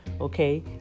Okay